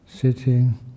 sitting